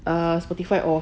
ah Spotify off